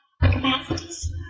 capacities